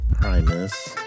Primus